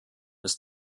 ist